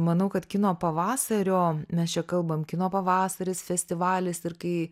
manau kad kino pavasario mes čia kalbam kino pavasaris festivalis ir kai